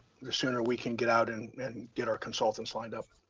the sooner we can get out and get our consultants lined up.